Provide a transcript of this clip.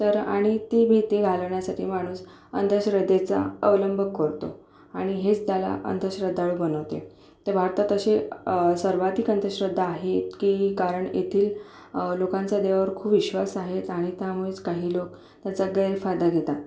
तर आणि ती भीती घालवण्यासाठी माणूस अंधश्रद्धेचा अवलंब करतो आणि हेच त्याला अंधश्रद्धाळू बनवते तर भारतात असे सर्वाधिक अंधश्रद्धा आहे की कारण येथील लोकांचा देवावर खूप विश्वास आहे आणि त्यामुळेच काही लोक त्याचा गैरफायदा घेतात